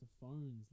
phones